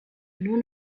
nur